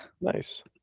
Nice